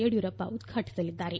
ಯಡಿಯೂರಪ್ಪ ಉದ್ಘಾಟಿಸಲಿದ್ದಾರೆ